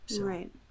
Right